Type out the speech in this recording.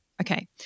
Okay